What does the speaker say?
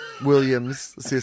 Williams